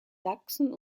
sachsen